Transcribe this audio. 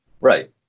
Right